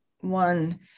one